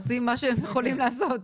הם עושים מה שהם יכולים לעשות.